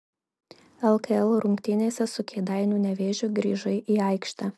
lkl rungtynėse su kėdainių nevėžiu grįžai į aikštę